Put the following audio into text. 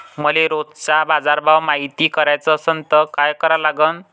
मले रोजचा बाजारभव मायती कराचा असन त काय करा लागन?